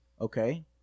okay